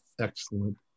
Excellent